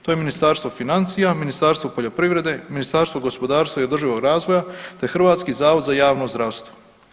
To je Ministarstvo financija, Ministarstvo poljoprivrede, Ministarstvo gospodarstva i održivog razvoja, te Hrvatski zavod za javno zdravstvo.